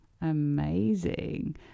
Amazing